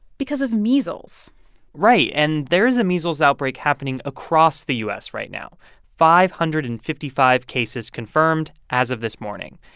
because of measles right. and there is a measles outbreak happening across the u s. right now five hundred and fifty five cases confirmed as of this morning.